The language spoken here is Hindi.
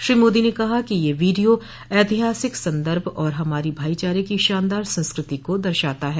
श्री मोदी ने कहा है कि यह वीडियो ऐतिहासिक संदर्भ और हमारी भाईचार की शानदार संस्कृति को दर्शाता है